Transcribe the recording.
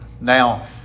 Now